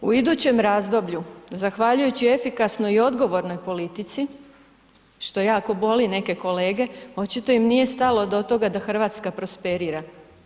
U idućem razdoblju zahvaljujući efikasnoj i odgovornoj politici što jako boli neke kolege, očito im nije stalo da Hrvatska prosperira.